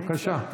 בבקשה.